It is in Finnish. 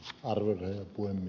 arvoisa herra puhemies